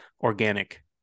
organic